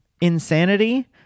insanity